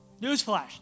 Newsflash